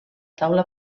taula